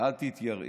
אל תתייראי.